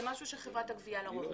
זה משהו שחברת הגבייה לרוב מספקת.